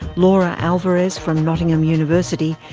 laura alvarez from nottingham university,